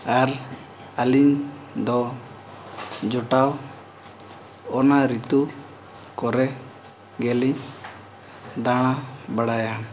ᱟᱨ ᱟᱹᱞᱤᱧ ᱫᱚ ᱡᱚᱴᱟᱣ ᱚᱱᱟ ᱨᱤᱛᱩ ᱠᱚᱨᱮ ᱜᱮᱞᱤᱧ ᱫᱟᱬᱟ ᱵᱟᱲᱟᱭᱟ